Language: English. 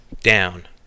down